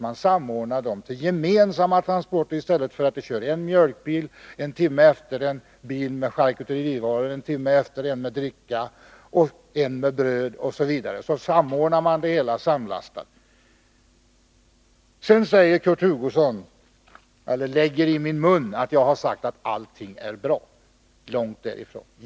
Man samordnar dessa till gemensamma transporter i stället för att köra en mjölkbil, en timme efter en bil med charkuterivaror, en timme efter en med dricka, en med bröd osv. Man samordnar det hela och samlastar. Sedan lägger Kurt Hugosson i min mun att jag skulle ha sagt att allting är bra. Långt därifrån.